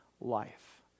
life